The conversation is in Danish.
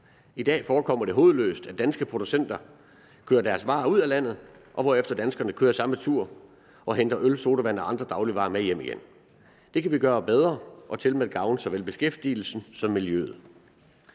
I dag forekommer det hovedløst, at danske producenter kører deres varer ud af landet, hvorefter danskerne kører samme tur og henter øl, sodavand og andre dagligvarer med hjem igen. Det kan vi gøre bedre og tilmed gavne såvel beskæftigelsen som miljøet.